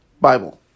Bible